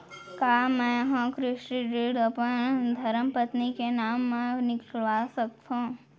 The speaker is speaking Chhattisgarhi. का मैं ह कृषि ऋण अपन धर्मपत्नी के नाम मा निकलवा सकथो?